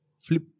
flip